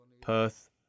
Perth